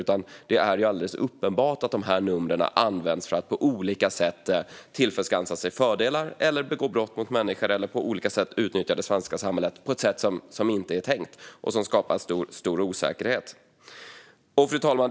Det är nämligen alldeles uppenbart att de här numren används för att på olika sätt tillskansa sig fördelar, begå brott mot människor eller på olika sätt utnyttja det svenska samhället på ett sätt som det inte är tänkt. Detta skapar stor osäkerhet. Fru talman!